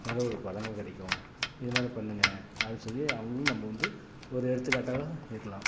நல்ல ஒரு பழங்கள் கிடைக்கும் இது மாதிரி பண்ணுங்கள் அப்படின் சொல்லி அவங்களும் நம்ம வந்து ஒரு எடுத்துக்காட்டாக இருக்கலாம்